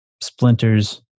splinters